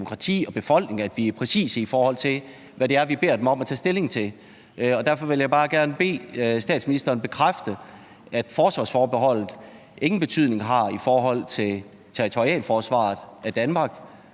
demokrati og befolkning, at vi er præcise, i forhold til hvad det er, vi beder dem om at tage stilling til. Derfor vil jeg bare gerne bede statsministeren bekræfte, at forsvarsforbeholdet ingen betydning har i forhold til territorialforsvaret af Danmark;